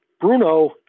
Bruno